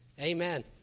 Amen